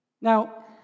Now